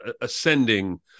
ascending